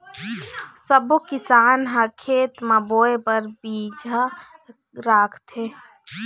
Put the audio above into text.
सब्बो किसान ह खेत म बोए बर बिजहा राखथे